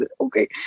Okay